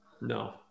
no